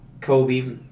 Kobe